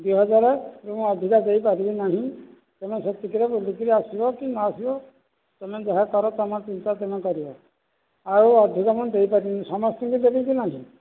ଦୁଇ ହଜାର ଠୁ ମୁଁ ଆଉ ଅଧିକା ଦେଇପାରିବି ନାହିଁ ତେଣୁ ସେତିକିରେ ବୁଲିକରି ଆସିବ କି ନ ଆସିବ ତୁମେ ଯାହା କର ତୁମ ଚିନ୍ତା ତୁମେ କରିବ ଆଉ ଅଧିକ ମୁଁ ଦେଇ ପାରିବିନି ସମସ୍ତଙ୍କୁ ଦେବି କି ନାହିଁ